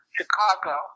Chicago